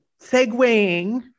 segueing